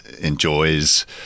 enjoys